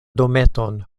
dometon